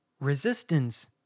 resistance